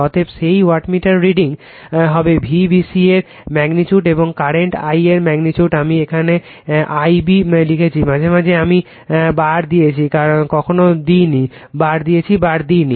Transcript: অতএব সেই wattmeter reading হবে V bc এর ম্যাগনিটিউড এবং কারেন্ট Ia এর ম্যাগনিটিউড আমি এখানে I b লিখেছি মাঝে মাঝে আমি বার দিয়েছি কখনো দিইনি বার দিয়েছি বার দিইনি